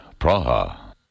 Praha